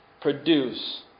produce